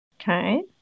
Okay